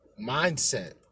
mindset